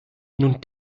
nun